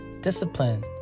discipline